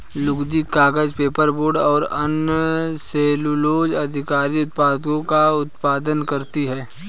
लुगदी, कागज, पेपरबोर्ड और अन्य सेलूलोज़ आधारित उत्पादों का उत्पादन करती हैं